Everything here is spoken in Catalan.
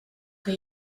que